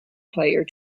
player